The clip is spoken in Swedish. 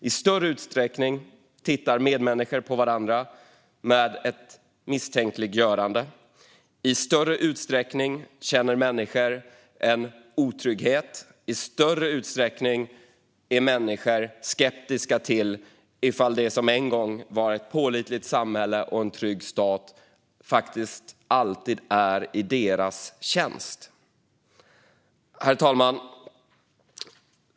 I större utsträckning tittar medmänniskor misstänksamt på varandra, i större utsträckning känner människor en otrygghet och i större utsträckning är människor skeptiska till att det som en gång var ett pålitligt samhälle och en trygg stat alltid är i deras tjänst. Herr talman!